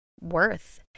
worth